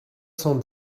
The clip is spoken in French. cent